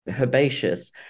herbaceous